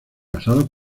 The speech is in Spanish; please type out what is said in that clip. casado